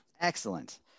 excellent